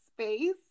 space